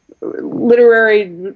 literary